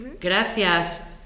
Gracias